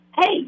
Hey